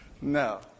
No